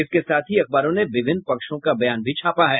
इसके साथ ही अखबारों ने विभिन्न पक्षों का बयान भी छापा है